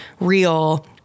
real